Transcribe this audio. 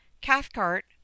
Cathcart